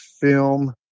film